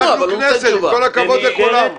אנחנו כנסת, עם כל הכבוד לכולם.